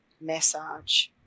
massage